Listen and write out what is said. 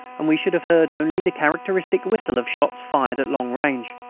and we should have heard only the characteristic whistle of shots fired at long range.